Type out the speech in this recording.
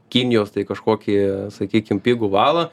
kinijos tai kažkokį sakykim pigų valą